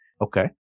Okay